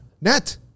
Net